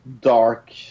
dark